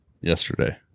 yesterday